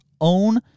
own